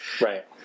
Right